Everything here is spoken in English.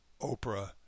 Oprah